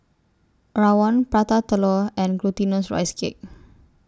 Rawon Prata Telur and Glutinous Rice Cake